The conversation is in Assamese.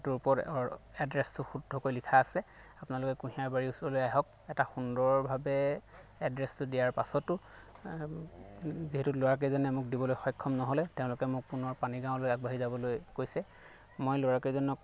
ওপৰত এড্ৰেছটো শুদ্ধকৈ লিখা আছে আপোনালোকে কুঁহিয়াৰবাৰীৰ ওচৰলৈ আহক এটা সুন্দৰভাৱে এড্ৰেছটো দিয়াৰ পাছতো যিহেতু ল'ৰাকেইজনে মোক দিবলৈ সক্ষম নহ'লে তেওঁলোকে মোক পুনৰ পানীগাঁৱলৈ আগবাঢ়ি যাবলৈ কৈছে মই ল'ৰাকেইজনক